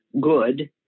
good